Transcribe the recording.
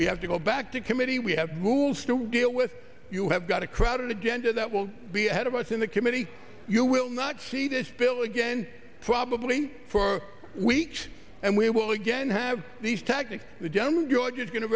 we have to go back to committee we have rules to deal with you have got a crowded agenda that will be ahead of us in the committee you will not see this bill again probably for weeks and we will again have these tactics the gentleman you're just going to